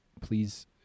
please